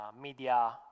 media